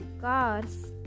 cars